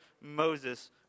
Moses